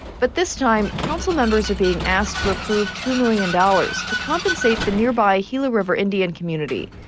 but this time council members are being asked to approve two million dollars to compensate the nearby gila river indian community.